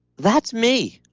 that's me.